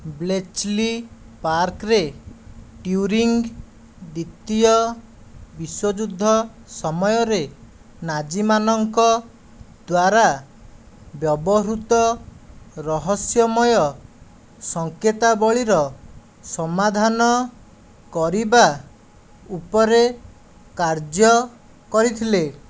Bletchley ପାର୍କରେ Turing ଦ୍ୱିତୀୟ ବିଶ୍ୱଯୁଦ୍ଧ ସମୟରେ ନାଜିମାନଙ୍କ ଦ୍ୱାରା ବ୍ୟବହୃତ ରହସ୍ୟମୟ ସଙ୍କେତବଳୀର ସମାଧାନ କରିବା ଉପରେ କାର୍ଯ୍ୟ କରିଥିଲେ